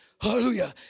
hallelujah